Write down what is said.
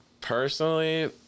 Personally